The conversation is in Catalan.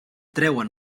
trauen